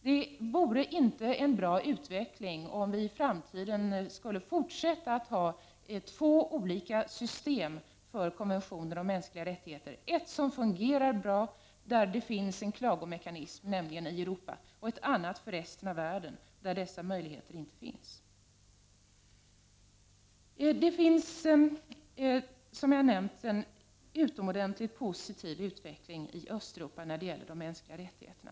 Det vore inte en bra utveckling om vi i framtiden skulle fortsätta att ha två olika system för konventioner om mänskliga rättigheter: ett — nämligen det i Europa — som fungerar bra och där det finns en klagorätt och ett för resten av världen, där denna möjlighet inte finns. I Östeuropa är, som jag har nämnt, utvecklingen mycket positiv när det gäller de mänskliga rättigheterna.